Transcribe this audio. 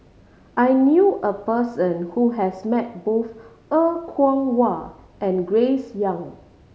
I knew a person who has met both Er Kwong Wah and Grace Young